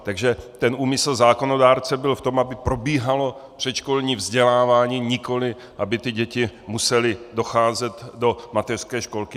Takže ten úmysl zákonodárce byl v tom, aby probíhalo předškolní vzdělávání, nikoli aby děti musely docházet do mateřské školky.